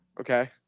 Okay